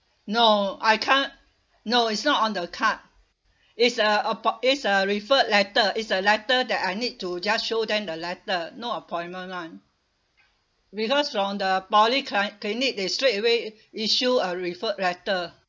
no I can't no it's not on the card is a appo~ it's a referred letter is a letter that I need to just show them the letter no appointment [one] because from the polycli~ clinic they straight away issue a referred letter